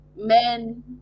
men